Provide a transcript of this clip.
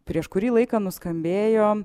prieš kurį laiką nuskambėjo